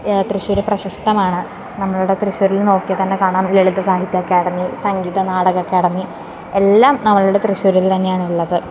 തൃശ്ശൂര് പ്രശസ്തമാണ് നമ്മുടെ തൃശ്ശൂരിൽ നിന്ന് നോക്കിയാൽ തന്നെ കാണാം ലളിത സാഹിത്യ അക്കാഡമി സംഗീത നാടക അക്കാഡമി എല്ലാം നമ്മുടെ തൃശ്ശൂരില് തന്നെയാണ് ഉള്ളത്